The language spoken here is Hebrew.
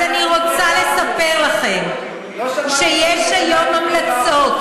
אז אני רוצה לספר לכם, לא שמעתי אותך